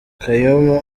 kaymu